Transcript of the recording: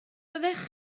fyddech